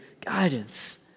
guidance